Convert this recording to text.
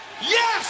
Yes